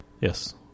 Yes